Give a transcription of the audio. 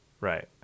right